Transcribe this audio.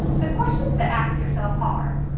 the questions to ask yourself are,